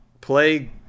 play